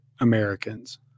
Americans